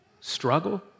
Struggle